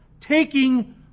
taking